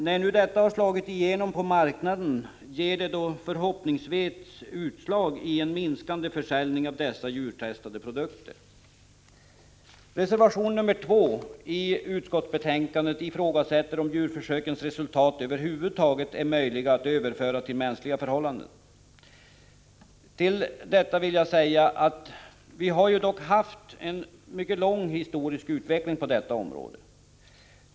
När detta har slagit igenom på marknaden ger det förhoppningsvis utslag i minskande försäljning av dessa djurtestade produkter. Reservation nr 2 till utskottsbetänkandet ifrågasätter om djurförsökens resultat över huvud taget är möjliga att överföra till mänskliga förhållanden. Till detta vill jag säga att vi har haft en mycket lång historisk utveckling på detta område.